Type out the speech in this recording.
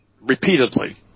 repeatedly